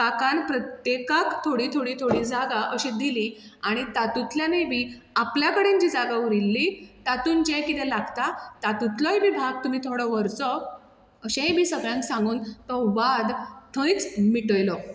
काकान प्रत्येकाक थोडी थोडी थोडी जागा अशी दिली आनी तातुंल्यानूय बी आपल्या कडेन जी जागा उरिल्ली तातूंत जें कितें लागता तातुंतलोय बी भाग तुमी थोडो व्हरचो अशेंय बी सगळ्यांक सांगून तो वाद थंयच मिटयलो